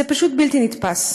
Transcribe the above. זה פשוט בלתי נתפס.